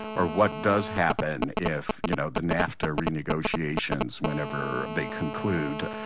or what does happen if you know the nafta re-negotiations, whenever they conclude,